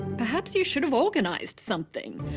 perhaps you should have organised something.